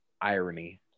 irony